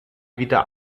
wieder